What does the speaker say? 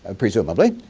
ah presumably,